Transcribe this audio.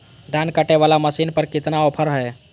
धान कटे बाला मसीन पर कितना ऑफर हाय?